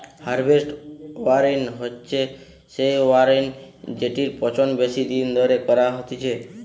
harvest wine হচ্ছে সেই wine জেটির পচন বেশি দিন ধরে করা হতিছে